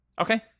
Okay